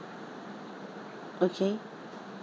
okay